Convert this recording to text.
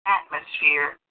atmosphere